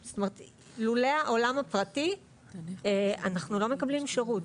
לולא העולם הפרטי אנחנו לא מקבלים שירות.